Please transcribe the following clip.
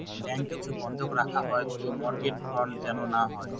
bank কিছু বন্ধক রাখা হয় তো মর্টগেজ ফ্রড যেন না হয়